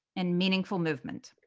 and meaningful movement.